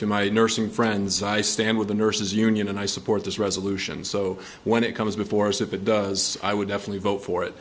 to my nursing friends i stand with the nurses union and i support this resolution so when it comes before us if it does i would definitely vote for it